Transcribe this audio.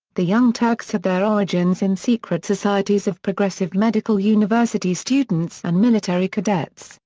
the young turks had their origins in secret societies of progressive medical university students and military cadets,